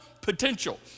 potential